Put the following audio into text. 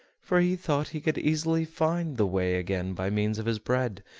for he thought he could easily find the way again by means of his bread,